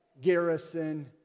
Garrison